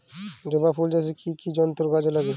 জবা ফুল চাষে কি কি যন্ত্র কাজে লাগে?